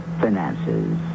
finances